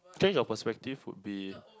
change of perspective would be